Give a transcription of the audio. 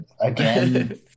Again